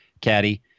Caddy